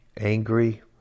angry